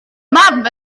mam